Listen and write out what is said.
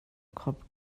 cop